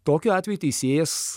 tokiu atveju teisėjas